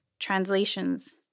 translations